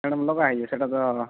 madam ଅଲଗା ହେଇଯିବ ସେଇଟା ତ